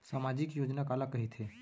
सामाजिक योजना काला कहिथे?